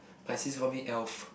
my sis call me elf